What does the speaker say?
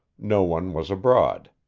no one was abroad.